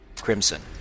crimson